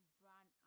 run